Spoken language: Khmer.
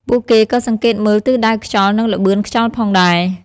ពួកគេក៏សង្កេតមើលទិសដៅខ្យល់ និងល្បឿនខ្យល់ផងដែរ។